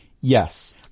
Yes